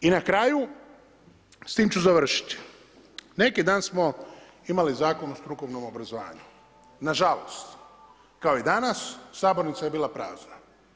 I na kraju, s tim ću završiti, neki dan smo imali Zakon o strukovnom obrazovanju, nažalost kao i danas sabornica je bila prazna.